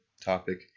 topic